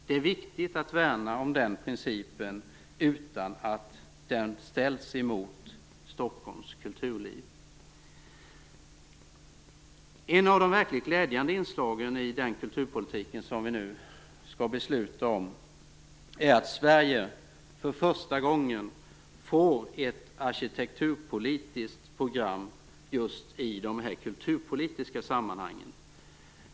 Det är viktigt att värna om den principen utan att den ställs mot Stockholms kulturliv. Ett av de verkligen glädjande inslagen i kulturpolitiken som vi nu skall besluta om är att Sverige för första gången får ett arkitekturpolitiskt program just i de kulturpolitiska sammanhangen.